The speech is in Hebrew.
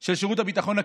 של שירות הביטחון הכללי,